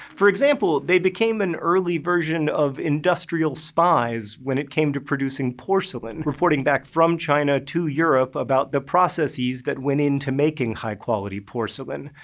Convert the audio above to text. for example, they became an early version of industrial spies when it came to producing porcelain, reporting back from china to europe about the processes that went in to making high-quality porcelain.